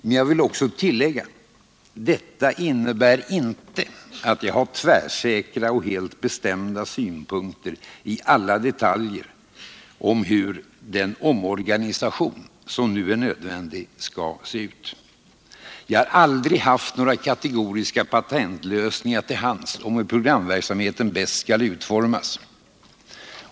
Men jag vill också tillägga: Detta innebär inte att jag har tvärsäkra och helt bestämda synpunkter i alla detaljer på hur omorganisationen — som nu är nödvändig — skall se ut. Jag har aldrig haft några kategoriska patentlösningar till hands på hur programverksamheten bäst skall utformas.